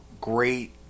great